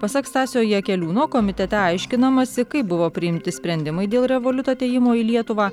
pasak stasio jakeliūno komitete aiškinamasi kaip buvo priimti sprendimai dėl revoliut atėjimo į lietuvą